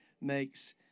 makes